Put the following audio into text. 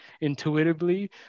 intuitively